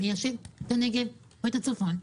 ליישב את הנגב או את הצפון,